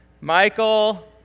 Michael